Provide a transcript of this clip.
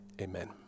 amen